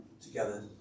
together